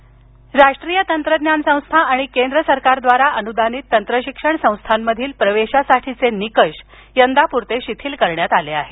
JEE राष्ट्रीय तंत्रज्ञान संस्था आणि केंद्र सरकारद्वारा अनुदानित तंत्रशिक्षण संस्थांमधील प्रवेशासाठीचे निकष यंदापुरते शिथिल करण्यात आले आहेत